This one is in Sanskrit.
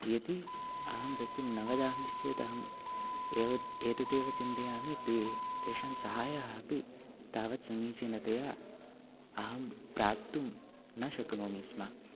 यदि अहं सत्यं न वदामि चेत् अहं एव एतत् एव चिन्तयामि ते तेषां साहाय्यम् अपि तावत् समीचीनतया अहं प्राप्तुं न शक्नोमि स्म